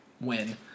win